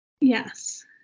Yes